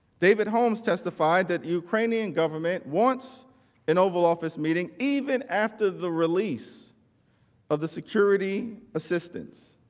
david holmes testified that ukrainian government wants an oval office meeting, even after the release of the security assistance.